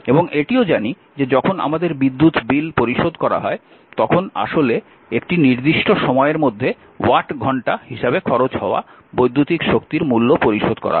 এবং এটিও জানি যে যখন আমাদের বিদ্যুৎ বিল পরিশোধ করা হয় তখন আসলে একটি নির্দিষ্ট সময়ের মধ্যে 'ওয়াট ঘন্টা' হিসাবে খরচ হওয়া বৈদ্যুতিক শক্তির মূল্য পরিশোধ করা হয়